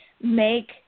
make –